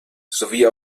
sowie